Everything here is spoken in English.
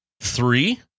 three